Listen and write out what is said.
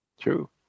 True